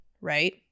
right